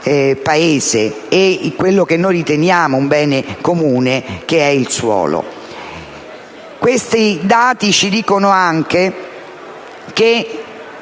Paese e quello che noi riteniamo un bene comune, ossia il suolo. Questi dati ci dicono anche che,